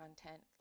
content